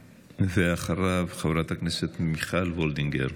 ואחריו, חברת הכנסת מיכל וולדיגר.